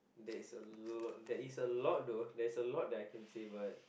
that is a lot there is a lot though there is a that I can say but